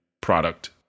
product